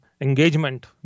engagement